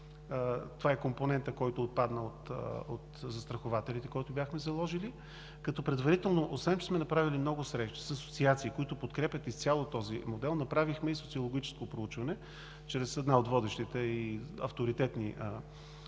това е компонентът, който отпадна от застрахователите и който бяхме заложили. Предварително, освен че сме направили много срещи с асоциации, които подкрепят изцяло този модел, направихме и социологическо проучване чрез една от водещите авторитетни социологически